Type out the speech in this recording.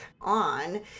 on